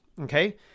Okay